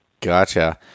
Gotcha